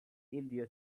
india